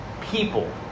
people